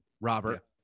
Robert